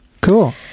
Cool